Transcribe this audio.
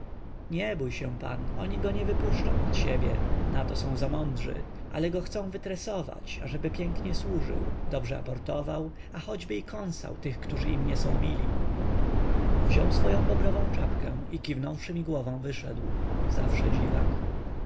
nie bój się pan oni go nie wypuszczą od siebie nato są za mądrzy ale go chcą wytresować ażeby pięknie służył dobrze aportował a choćby i kąsał tych którzy im nie są mili wziął swoję bobrową czapkę i kiwnąwszy mi głową wyszedł zawsze dziwak